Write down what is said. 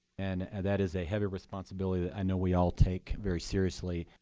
and that is a heavy responsibility that i know we all take very seriously.